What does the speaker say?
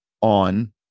on